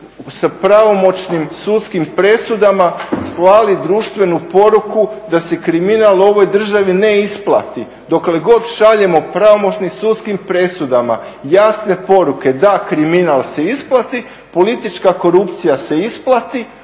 sa pravomoćnim sudskim presudama slali društvenu poruku da se ovaj kriminal u ovoj državi ne isplati. Dokle god šaljemo pravomoćnim sudskim presudama jasne poruke da kriminal se isplati politička korupcija se isplati